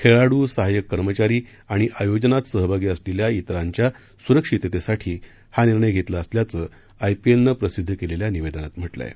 खेळाडू सहाय्यक कर्मचारी आणि आयोजनात सहभागी असलेल्या विरांच्या सुरक्षिततेसाठी हा निर्णय घेतला असल्याचं आयपीएलनं प्रसिद्ध केलेल्या निवेदनात म्हटलं आहे